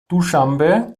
duschanbe